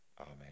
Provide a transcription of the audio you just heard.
Amen